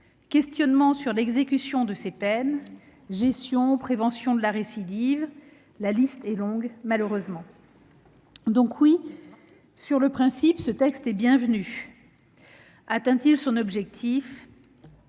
questionnement sur l'exécution de ces peines ; gestion, prévention de la récidive ... La liste est longue, malheureusement. Oui, donc, sur le principe, ce texte est bienvenu. Atteint-il son objectif ?